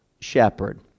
shepherd